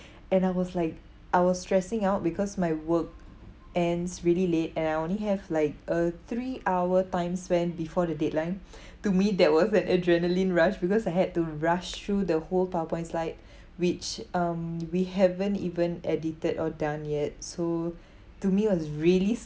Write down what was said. and I was like I was stressing out because my work ends really late and I only have like a three hour times when before the deadline to me that was an adrenaline rush because I had to rush through the whole powerpoint slide which um we haven't even edited or done yet so to me it was really